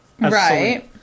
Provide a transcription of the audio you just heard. right